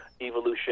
Evolution